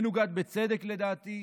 ומנוגד בצדק, לדעתי,